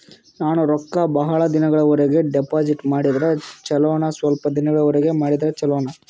ನಾನು ರೊಕ್ಕ ಬಹಳ ದಿನಗಳವರೆಗೆ ಡಿಪಾಜಿಟ್ ಮಾಡಿದ್ರ ಚೊಲೋನ ಸ್ವಲ್ಪ ದಿನಗಳವರೆಗೆ ಮಾಡಿದ್ರಾ ಚೊಲೋನ?